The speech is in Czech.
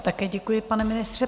Také děkuji, pane ministře.